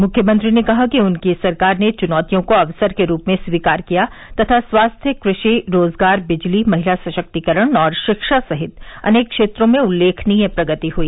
मुख्यमंत्री ने कहा कि उनकी सरकार ने चुनौतियों को अवसर के रूप में स्वीकार किया तथा स्वास्थ्य कृषि रोजगार बिजली महिला सशक्तिकरण और शिक्षा सहित अनेक क्षेत्रों में उल्लेखनीय प्रगति हुई